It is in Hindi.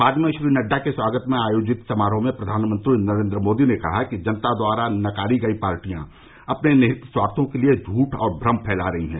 बाद में श्री नड्डा के स्वागत में आयोजित समारोह में प्रधानमंत्री नरेन्द्र मोदी ने कहा कि जनता द्वारा नकारी गयी पार्टियां अपने निहित स्वार्थो के लिए झूठ और भ्रम फैला रही हैं